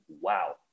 wow